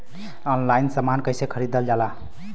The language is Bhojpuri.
ऑनलाइन समान कैसे खरीदल जाला?